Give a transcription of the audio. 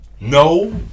No